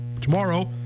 Tomorrow